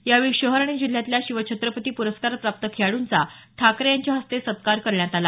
यावेळी शहर आणि जिल्ह्यातल्या शिवछत्रपती प्रस्कारप्राप्त खेळाडूंचा ठाकरे यांच्या हस्ते सत्कार करण्यात आला